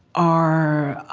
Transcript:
our